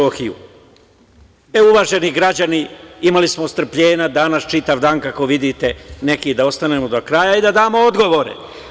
Uvaženi građani, imalo smo strpljenja danas čitav dan, kako vidite, neki da ostanemo do kraja i da damo odgovore.